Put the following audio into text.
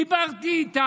דיברתי איתה,